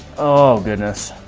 oh, goodness.